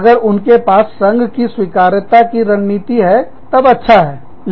अगर उनके पास संघ की स्वीकार्यता की रणनीति है तब अच्छा है